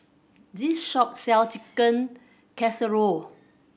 this shop sell Chicken Casserole